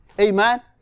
Amen